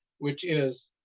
which is,